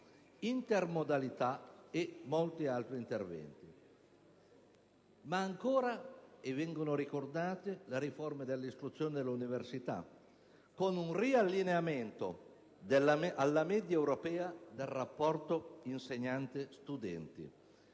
l'intermodalità e molti altri interventi. Ma ancora - e vengono richiamate nel Programma - le riforme dell'istruzione e dell'università, con un riallineamento alla media europea del rapporto insegnante-studenti,